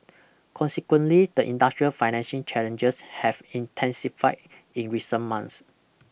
consequently the industrial financing challenges have intensified in recent months